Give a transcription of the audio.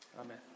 Amen